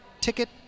ticket